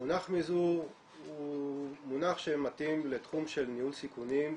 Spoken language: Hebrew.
המונח מיזעור הוא מונח שמתאים לתחום של ניהול סיכונים,